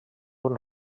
una